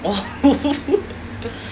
!wah!